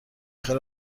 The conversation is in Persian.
خیر